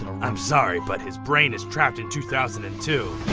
i'm sorry but his brain is trapped in two thousand and two.